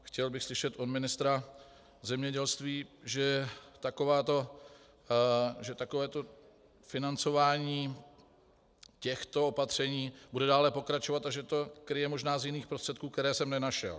Chtěl bych slyšet od ministra zemědělství, že takovéto financování těchto opatření bude dále pokračovat a že to kryje možná z jiných prostředků, které jsem nenašel.